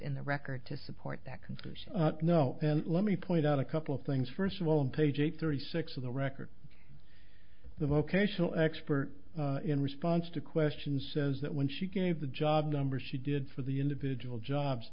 in the record to support that confers no then let me point out a couple things first of all on page eight thirty six of the record the vocational expert in response to questions says that when she gave the job numbers she did for the individual jobs